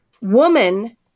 Woman